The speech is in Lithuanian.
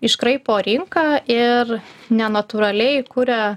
iškraipo rinką ir nenatūraliai kuria